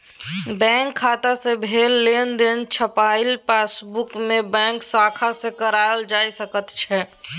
bank खाता सँ भेल लेनदेनक छपाई पासबुकमे बैंक शाखा सँ कराएल जा सकैत छै